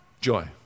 Joy